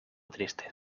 triste